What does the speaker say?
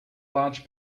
large